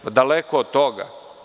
Daleko od toga.